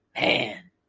Man